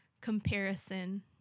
comparison